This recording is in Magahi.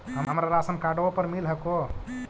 हमरा राशनकार्डवो पर मिल हको?